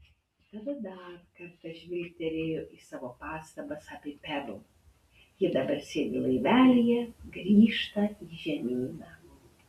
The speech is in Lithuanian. tada dar kartą žvilgtelėjo į savo pastabas apie perl ji dabar sėdi laivelyje grįžta į žemyną